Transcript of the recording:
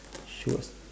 sure